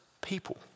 people